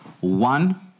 one